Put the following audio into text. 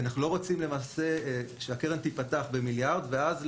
כי אנחנו לא רוצים שהקרן תיפתח במיליארד ואז,